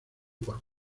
por